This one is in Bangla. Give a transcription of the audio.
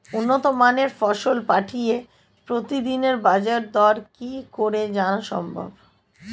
উন্নত মানের ফসল পাঠিয়ে প্রতিদিনের বাজার দর কি করে জানা সম্ভব?